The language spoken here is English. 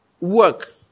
work